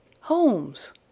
Holmes